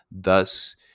Thus